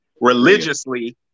religiously